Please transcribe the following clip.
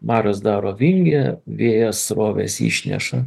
marios daro vingį vėjo srovės išneša